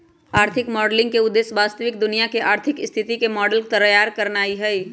आर्थिक मॉडलिंग के उद्देश्य वास्तविक दुनिया के आर्थिक स्थिति के मॉडल तइयार करनाइ हइ